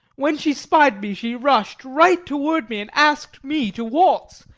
when she spied me, she rushed right toward me and asked me to waltz,